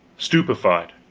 stupefied